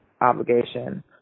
obligation